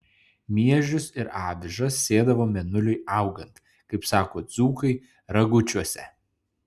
miežius ir avižas sėdavo mėnuliui augant kaip sako dzūkai ragučiuose